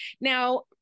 Now